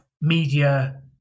media